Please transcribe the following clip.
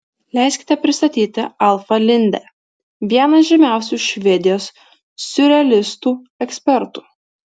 leiskite pristatyti alfą lindę vieną žymiausių švedijos siurrealistų ekspertų